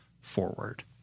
forward